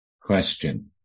question